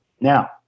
Now